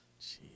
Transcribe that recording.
Jeez